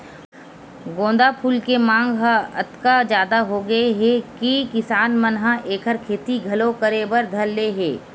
गोंदा फूल के मांग ह अतका जादा होगे हे कि किसान मन ह एखर खेती घलो करे बर धर ले हे